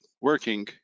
working